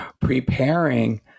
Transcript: preparing